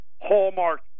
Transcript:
hallmark